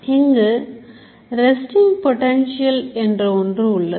இங்கு Resting Potential என்ற ஒன்று உள்ளது